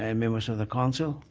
and members of the council.